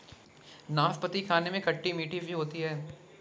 नाशपती खाने में खट्टी मिट्ठी सी होती है